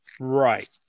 Right